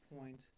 point